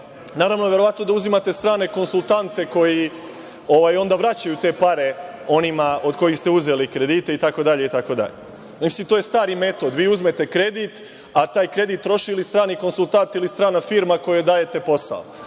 Naravno, verovatno uzimate strane konsultante koji onda vraćaju te pare onima od kojih ste uzeli kredite itd. To je stari metod. Vi uzmete kredit, a taj kredit troši ili strani konsultant ili strana firma kojoj dajete posao.